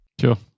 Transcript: Sure